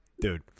Dude